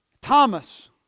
Thomas